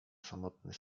samotny